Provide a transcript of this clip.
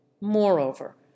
moreover